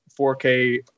4K